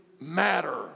matter